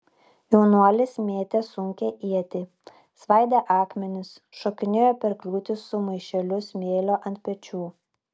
jaunuolis mėtė sunkią ietį svaidė akmenis šokinėjo per kliūtis su maišeliu smėlio ant pečių